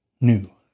new